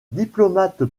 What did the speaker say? diplomate